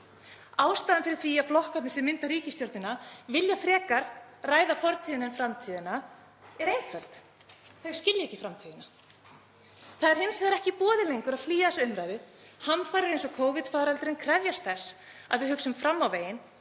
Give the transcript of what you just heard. Ástæðan fyrir því að flokkarnir sem mynda ríkisstjórnina vilja frekar ræða fortíðina en framtíðina er einföld, þau skilja ekki framtíðina. Það er hins vegar ekki í boði lengur að flýja þessa umræðu, hamfarir eins og Covid-faraldurinn krefjast þess að við hugsum fram á veginn